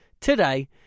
today